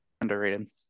Underrated